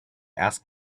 asked